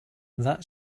that